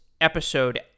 episode